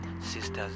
sisters